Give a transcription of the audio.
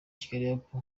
kigaliup